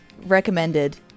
recommended